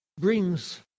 brings